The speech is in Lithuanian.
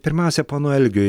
pirmiausia ponui algiui